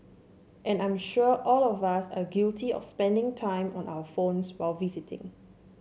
and I'm sure all of us are guilty of spending time on our phones while visiting